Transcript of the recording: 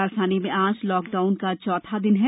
राजधानी में आज लॉकडाउन का चौथा दिन है